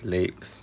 legs